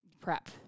Prep